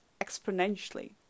exponentially